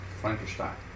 Frankenstein